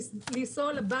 אבל הוא הסביר שזה לא משתלם.